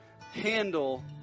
handle